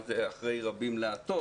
מה זה "אחרי רבים להטות".